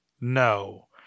No